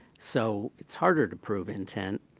so it's harder to prove intent,